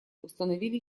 установили